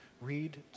read